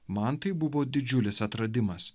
man tai buvo didžiulis atradimas